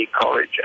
college